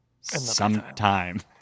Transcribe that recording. Sometime